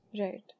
Right